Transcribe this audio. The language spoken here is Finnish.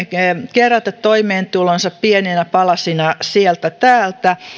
kerätä toimeentulonsa pieninä palasina sieltä täältä